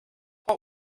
what